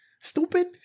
Stupid